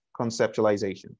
conceptualization